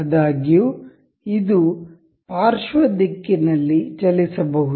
ಆದಾಗ್ಯೂ ಇದು ಪಾರ್ಶ್ವ ದಿಕ್ಕಿನಲ್ಲಿ ಚಲಿಸಬಹುದು